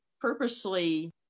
purposely